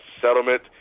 settlement